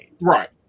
Right